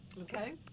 Okay